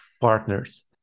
partners